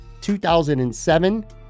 2007